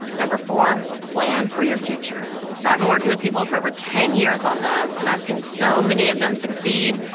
number four, plan for your future. so, i've been working with people for over ten years on this, and i've seen so many of them succeed.